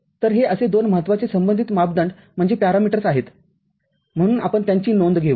तरहे असे दोन महत्त्वाचे संबंधित मापदंड आहेत म्हणूनआपण त्याची नोंद घेऊ